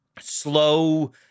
slow